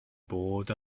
bod